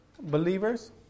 believers